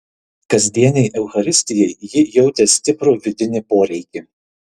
kasdienei eucharistijai ji jautė stiprų vidinį poreikį